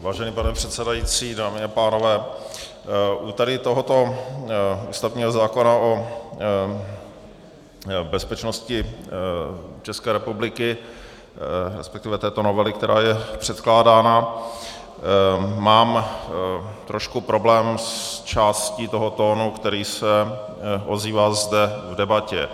Vážený pane předsedající, dámy a pánové, u tohoto ústavního zákona o bezpečnosti České republiky, respektive této novely, která je předkládána, mám trochu problém s částí toho tónu, který se ozývá zde v debatě.